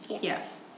Yes